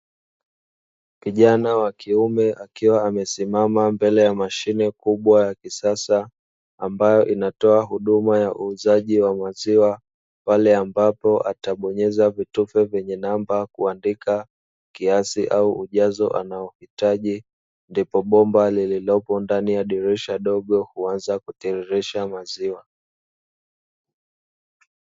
Kijana wa kiume akiwa amesimama mbele ya mashine kubwa ya kisasa, ambayo inatoa huduma ya uuzaji wa maziwa pale ambapo atabonyeza vitufe vyenye namba kuandika kiasi, au ujazo unaohitaji ndipo bomba lililopo ndani ya dirisha dogo huanza kutiririsha maziwa.